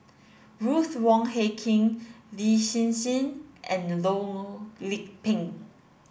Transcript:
Ruth Wong Hie King Lin Hsin Hsin and Loh Lik Peng